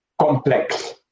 complex